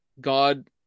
god